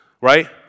Right